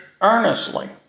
earnestly